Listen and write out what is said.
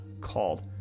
called